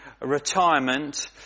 retirement